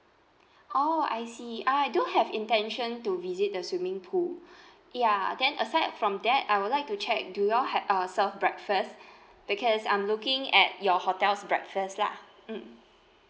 oh I see I do have intention to visit the swimming pool ya then aside from that I would like to check do you all ha~ uh serve breakfast because I'm looking at your hotel's breakfast lah mm